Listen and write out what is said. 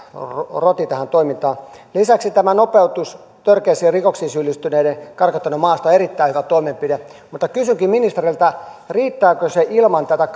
roti tähän toimintaan lisäksi tämä nopeutus törkeisiin rikoksiin syyllistyneiden karkottamiseksi maasta on erittäin hyvä toimenpide kysynkin ministeriltä riittääkö se ilman tätä